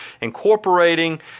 incorporating